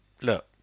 look